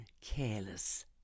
careless